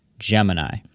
Gemini